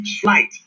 flight